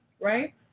right